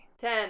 Ten